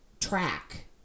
track